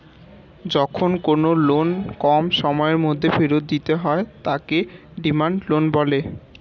যখন কোনো লোন কম সময়ের মধ্যে ফেরত দিতে হয় তাকে ডিমান্ড লোন বলে